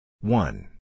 one